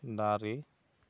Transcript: ᱫᱟᱨᱮ